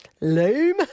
loom